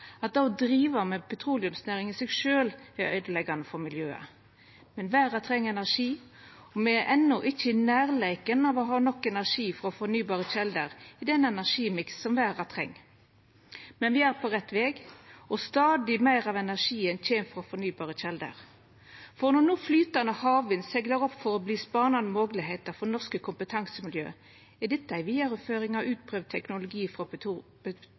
det å driva med petroleumsnæring i seg sjølv er øydeleggjande for miljøet, men verda treng energi, og me er enno ikkje i nærleiken av å ha nok energi frå fornybare kjelder i den energimiksen som verda treng. Men me er på rett veg, og stadig meir av energien kjem frå fornybare kjelder. For når no flytande havvind seglar opp og kan verta spanande moglegheiter for norske kompetansemiljø, er dette ei vidareføring av utprøvd teknologi